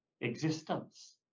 existence